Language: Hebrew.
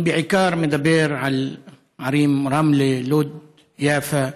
אני בעיקר מדבר על הערים רמלה, לוד, יפו,